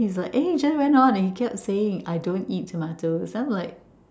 then he's like eh just went on and he kept saying I don't eat tomatoes then I'm like